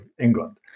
England